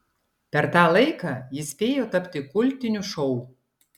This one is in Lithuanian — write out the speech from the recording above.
per tą laiką jis spėjo tapti kultiniu šou